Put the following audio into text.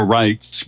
rights